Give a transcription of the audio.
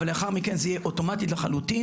אבל לאחר מכן זה יהיה אוטומטית לחלוטין,